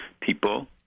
people